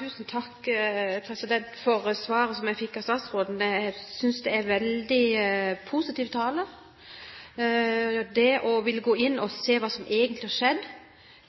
Tusen takk for svaret som jeg fikk av statsråden. Jeg synes det er veldig positiv tale å ville gå inn og se på hva som egentlig har skjedd.